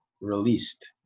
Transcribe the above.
released